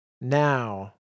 Now